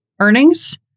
earnings